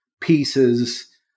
pieces